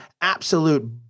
absolute